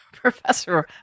Professor